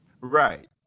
Right